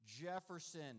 Jefferson